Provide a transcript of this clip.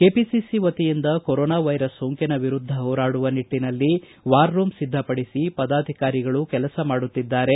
KPCC ವತಿಯಿಂದ corona virus ಸೋಂಕಿನ ವಿರುದ್ದ ಹೋರಾಡುವ ನಿಟ್ಟಿನಲ್ಲಿ ವಾರ್ ರೂಂ ಸಿದ್ದಪಡಿಸಿ ಪದಾಧಿಕಾರಿಗಳು ಕೆಲಸ ಮಾಡುತ್ತಿದ್ದಾರೆ